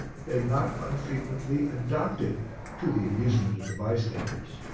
they not unfrequently adopt it to the amusement of the bystanders.